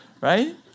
right